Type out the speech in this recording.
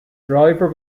driver